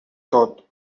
tot